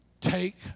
Take